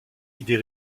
idées